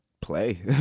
play